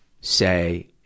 say